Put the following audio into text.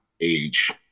Age